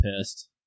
pissed